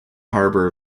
harbour